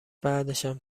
بعدشم